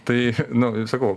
tai nu sakau